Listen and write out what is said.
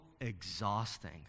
exhausting